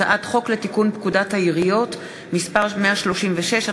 הצעת חוק לתיקון פקודת העיריות (מס' 136),